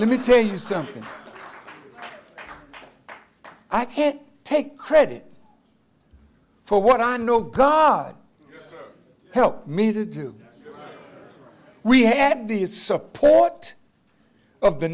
let me tell you something i can't take credit for what i know god help me to do we had the support of the